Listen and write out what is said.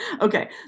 okay